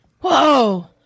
Whoa